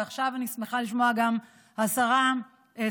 ועכשיו אני שמחה לשמוע שגם משרת האנרגיה,